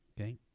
Okay